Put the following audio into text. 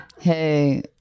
Hey